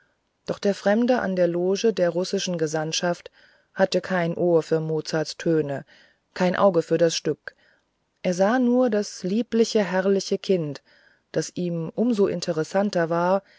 doch der fremde in der loge der russischen gesandtschaft hatte kein ohr für mozarts töne kein auge für das stück er sah nur das liebliche herrliche kind das ihm um so interessanter war